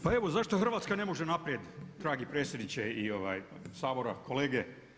Pa evo zašto Hrvatska ne može naprijed dragi predsjedniče Sabora, kolege.